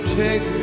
take